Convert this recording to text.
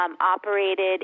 operated